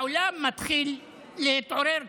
העולם מתחיל להתעורר קצת,